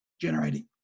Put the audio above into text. generating